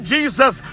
Jesus